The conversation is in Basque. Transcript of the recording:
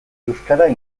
euskarak